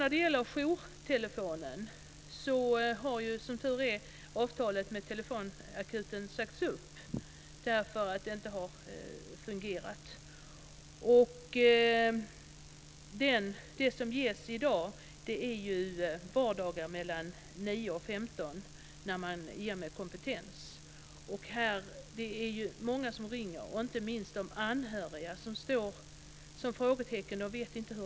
När det gäller jourtelefonen har, som tur är, avtalet med telefonakuten sagts upp därför att den inte har fungerat.